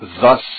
thus